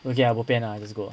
okay ah bo pian ah just go ah